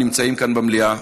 הנמצאים כאן במליאה,